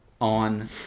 on